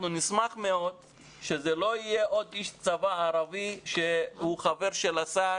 נשמח מאוד שזה לא יהיה עוד איש צבא ערבי שהוא חבר של השר